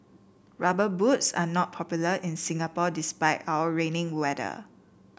rubber boots are not popular in Singapore despite our rainy weather